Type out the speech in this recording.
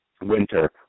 winter